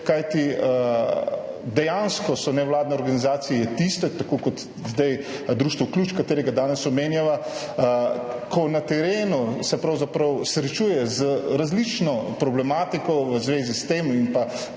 kajti dejansko so nevladne organizacije tiste, tako kot zdaj Društvo Ključ, katerega danes omenjava, ki se na terenu pravzaprav srečujejo z različno problematiko v zvezi s tem in pri